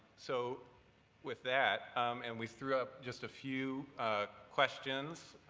so with that and we threw up just a few questions.